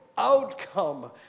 outcome